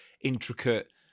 intricate